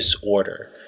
disorder